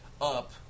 up